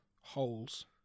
Holes